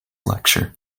lecture